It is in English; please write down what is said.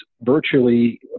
virtually